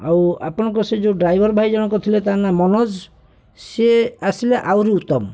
ଆଉ ଆପଣଙ୍କ ସେହି ଯେଉଁ ଡ୍ରାଇଭର୍ ଭାଇ ଜଣକ ଥିଲେ ତା' ନାଁ ମନୋଜ ସିଏ ଆସିଲେ ଆହୁରି ଉତ୍ତମ